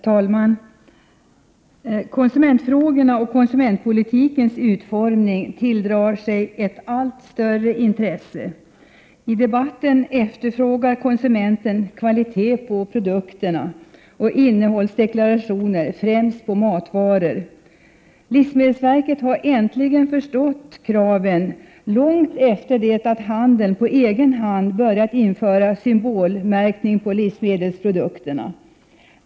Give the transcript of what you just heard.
Herr talman! Konsumentfrågorna och konsumentpolitikens utformning tilldrar sig ett allt större intresse. I debatten efterfrågar konsumenten kvalitet på produkterna och innehållsdeklarationer främst på matvaror. Livsmedelsverket har äntligen förstått kraven, långt efter det att handeln på egen hand börjat införa symbolmärkning på livsmedelsprodukterna.